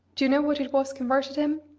do you know what it was converted him?